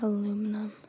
Aluminum